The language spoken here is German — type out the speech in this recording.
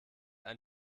ein